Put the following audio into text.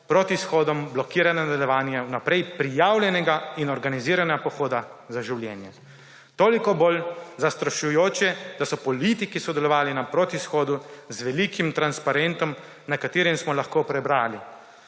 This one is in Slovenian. protishodom blokirala nadaljevanje vnaprej prijavljenega in organiziranega pohoda Za življenje. Toliko bolj zastrašujoče, da so politiki sodelovali na protishodu z velikim transparentom, na katerem smo lahko prebrali: